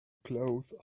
clothes